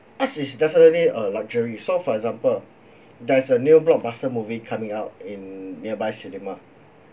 us it's definitely a luxury so for example there is a new blockbuster movie coming out in nearby cinema